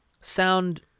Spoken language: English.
sound